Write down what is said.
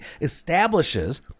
establishes